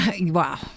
Wow